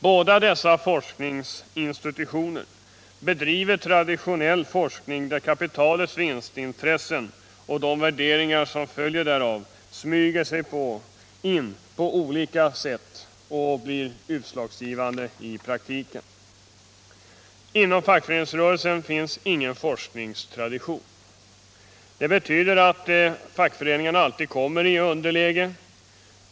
Båda dessa forskningsinstitutioner bedriver traditionell forskning, där kapitalets vinstintressen och de värderingar som följer därav smyger sig in på olika sätt och blir utslagsgivande i praktiken. Inom fackföreningsrörelsen finns ingen forskningstradition. Det betyder att fackföreningarna alltid kommer i underläge.